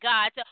God